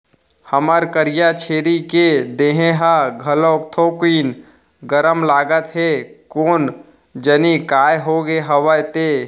हमर करिया छेरी के देहे ह घलोक थोकिन गरम लागत हे कोन जनी काय होगे हवय ते?